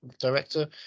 director